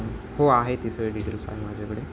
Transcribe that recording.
हो आहे ती सगळी डिटेल्स आहे माझ्याकडे